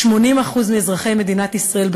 80% מאזרחי מדינת ישראל,